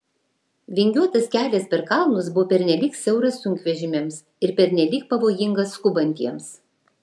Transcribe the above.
vingiuotas kelias per kalnus buvo pernelyg siauras sunkvežimiams ir pernelyg pavojingas skubantiems